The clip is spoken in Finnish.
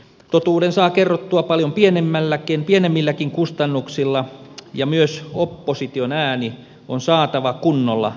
totuuden saa kerrottua paljon pienemmilläkin kustannuksilla ja myös opposition ääni on saatava kunnolla kuuluviin